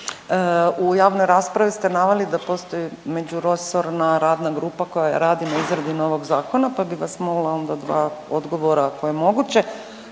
u javnoj raspravi ste naveli da postoji međuresorna radna grupa koja radi na izradi novog zakona pa bih vas molila dva odgovora ako je moguće.